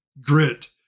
grit